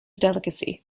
delicacy